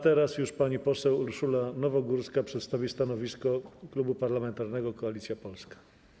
Teraz już pani poseł Urszula Nowogórska przedstawi stanowisko Klubu Parlamentarnego Koalicja Polska.